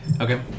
Okay